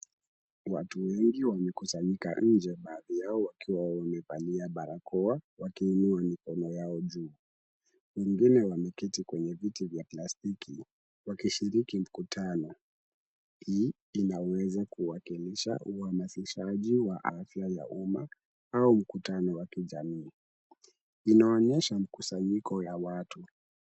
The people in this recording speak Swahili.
Watu wengi wamekusanyika nje baadhi yao wakiwa wamevalia barakoa wakiinua mikono yao juu. Wengine wameketi kwenye viti vya plastiki, wakishiriki mkutano. Hii inaweza kuwakilisha uhamasishaji wa afya ya umma au mkutano wa kijamii. Inaonyesha mkusanyiko ya watu.